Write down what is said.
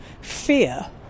fear